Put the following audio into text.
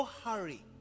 hurry